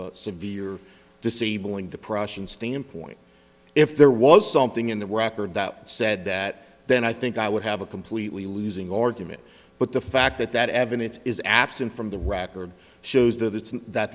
a severe disabling the prussians standpoint if there was something in the record that said that then i think i would have a completely losing argument but the fact that that evidence is absent from the record shows that